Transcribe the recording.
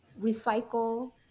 recycle